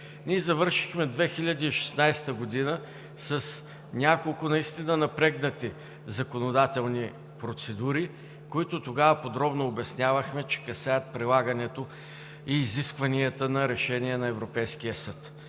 Ние завършихме 2016 г. с няколко наистина напрегнати законодателни процедури, които тогава подробно обяснявахме, че касаят прилагането и изискванията на решения на Европейския съд.